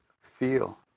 Feel